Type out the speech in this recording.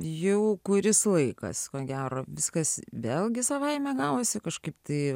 jau kuris laikas ko gero viskas vėlgi savaime gavosi kažkaip taip